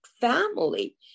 family